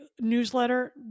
newsletter